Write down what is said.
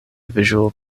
visual